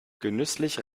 genüsslich